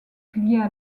via